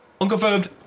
Unconfirmed